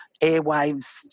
airwaves